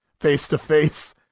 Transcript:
face-to-face